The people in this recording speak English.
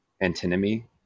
antinomy